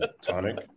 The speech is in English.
tonic